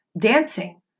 dancing